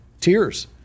tears